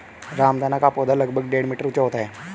रामदाना का पौधा लगभग डेढ़ मीटर ऊंचा होता है